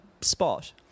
spot